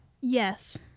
Yes